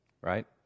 right